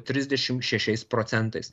trisdešim šešiais procentais